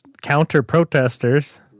counter-protesters